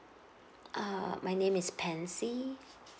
uh my name is pansy